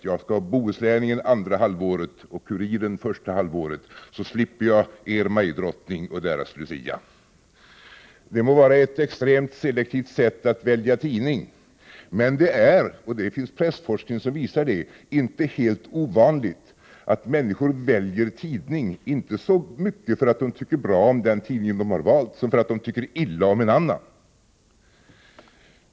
Jag skall ha Bohusläningen andra halvåret och Kuriren första halvåret, så slipper jag er Majdrottning och deras Lucia. Det må vara ett extremt selektivt sätt att välja tidning, men det är — det finns pressforskning som visar det — inte helt ovanligt att människor väljer tidning inte så mycket för att de tycker bra om den tidning de har valt som för att de tycker illa om en annan.